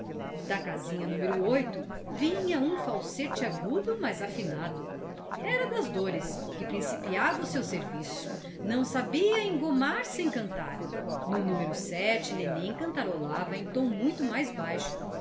da casinha numero vinha um falsete agudo mas afinado era a das dores que principiava o seu serviço não sabia engomar sem cantar no numero sede menina cantarolava em tom muito mais baixo